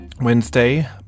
Wednesday